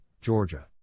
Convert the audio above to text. Georgia